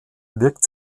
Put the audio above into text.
wirkt